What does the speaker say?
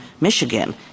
Michigan